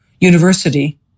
university